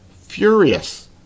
furious